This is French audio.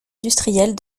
industriels